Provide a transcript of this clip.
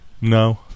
No